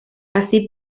así